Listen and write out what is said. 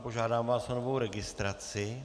Požádám vás o novou registraci.